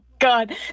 God